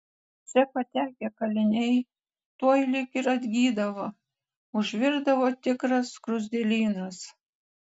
čia patekę kaliniai tuoj lyg ir atgydavo užvirdavo tikras skruzdėlynas